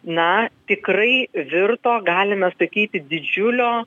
na tikrai virto galima sakyti didžiulio